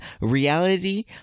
reality